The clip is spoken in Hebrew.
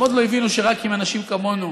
הם עוד לא הבינו שרק עם אנשים כמונו